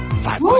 Five